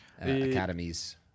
academies